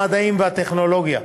המדעים והטכנולוגיה.